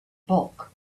bulk